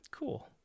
Cool